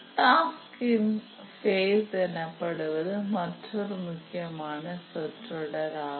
task in phase எனப்படுவது மற்றொரு முக்கியமான சொற்றொடர் ஆகும்